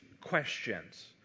questions